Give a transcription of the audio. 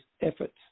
efforts